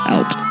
Out